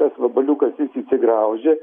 tas vabaliukas jis įsigraužė